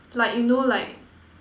like you know like